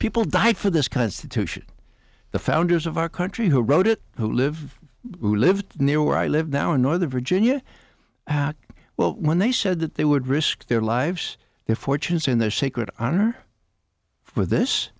people die for this kind to too should the founders of our country who wrote it who live lived near where i live now in northern virginia well when they said that they would risk their lives their fortunes in their sacred honor for this